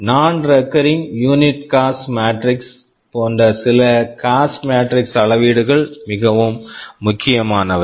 நான் recurring unit cost matrix non recurring unit cost matrix போன்ற சில காஸ்ட் மாட்ரிக்ஸ் cost matrix அளவீடுகள் மிகவும் முக்கியமானவை